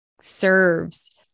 serves